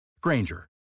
Granger